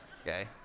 Okay